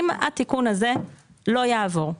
אם התיקון הזה לא יעבור,